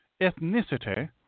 ethnicity